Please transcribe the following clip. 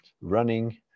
running